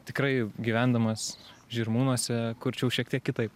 tikrai gyvendamas žirmūnuose kurčiau šiek tiek kitaip